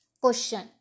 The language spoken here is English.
Question